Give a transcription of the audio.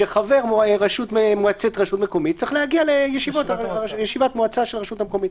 חבר מועצה ברשות מקומית צריך להגיע לישיבת מועצה של הרשות המקומית.